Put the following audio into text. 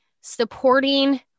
supporting –